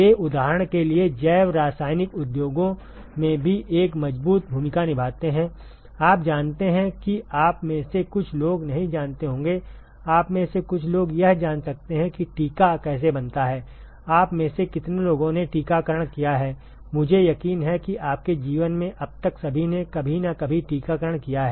वे उदाहरण के लिए जैव रासायनिक उद्योगों में भी एक मजबूत भूमिका निभाते हैंआप जानते हैं कि आप में से कुछ लोग नहीं जानते होंगे आप में से कुछ लोग यह जान सकते हैं कि टीका कैसे बनता हैआप में से कितने लोगों ने टीकाकरण किया है मुझे यकीन है कि आपके जीवन में अब तक सभी ने कभी न कभी टीकाकरण किया है